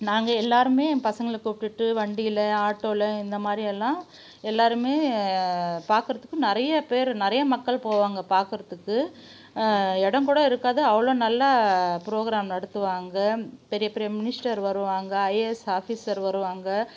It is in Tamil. நாங்கள் எல்லாேருமே பசங்களை கூப்பிட்டுட்டு வண்டியில் ஆட்டோவில் இந்த மாதிரியெல்லாம் எல்லாேருமே பார்க்கறத்துக்கு நிறைய பேர் நிறைய மக்கள் போவாங்க பார்க்கறத்துக்கு இடம் கூட இருக்காது அவ்வளோ நல்லா ப்ரோக்ராம் நடத்துவாங்க பெரிய பெரிய மினிஸ்டர் வருவாங்க ஐஏஎஸ் ஆஃபீஸர் வருவாங்க